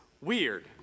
weird